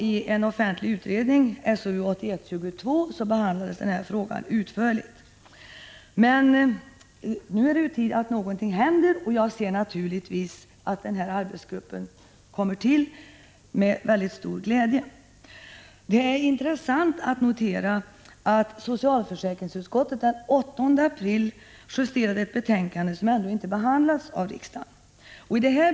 I en offentlig utredning, SOU 1981:22, behandlades frågan ingående. Nu är det på tiden att något händer. Jag hälsar naturligtvis med mycket stor glädje att den nämnda arbetsgruppen har tillsatts. Det är intressant att notera att socialförsäkringsutskottet den 8 april justerade ett betänkande, som ännu inte har behandlats av riksdagen, om bidrag till sjukförsäkringen m.m.